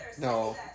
No